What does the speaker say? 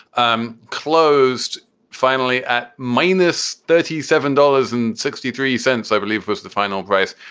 um closed finally at minus thirty seven dollars and sixty three cents, i believe was the final price,